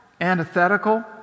antithetical